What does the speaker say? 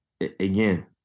again